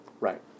right